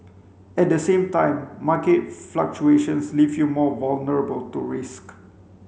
at the same time market fluctuations leave you more vulnerable to risk